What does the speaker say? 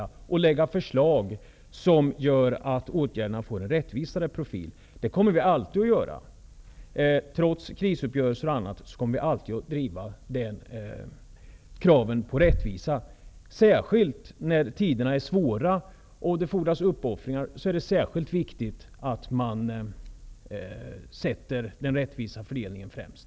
Vi kommer också att lägga fram förslag som innebär att åtgärderna får en rättvisare profil. Så kommer vi alltid att göra. Trots krisuppgörelser t.ex. kommer vi alltid att driva kraven på rättvisa. Framför allt i svåra tider, då det fordras uppoffringar, är det det särskilt viktigt att sätta den rättvisa fördelningen främst.